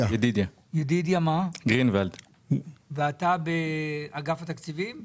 שלמרות שקיבלנו החלטה הם מקבלים פחות כסף.